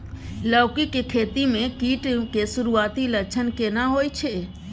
लौकी के खेती मे कीट के सुरूआती लक्षण केना होय छै?